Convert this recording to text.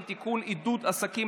הפנים.